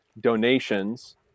donations